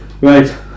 Right